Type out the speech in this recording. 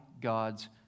God's